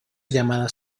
llamada